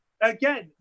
Again